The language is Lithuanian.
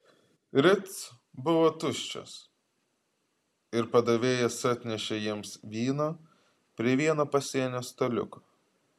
ritz buvo tuščias ir padavėjas atnešė jiems vyno prie vieno pasienio staliuko